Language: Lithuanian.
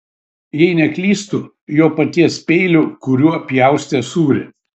jei neklystu jo paties peiliu kuriuo pjaustė sūrį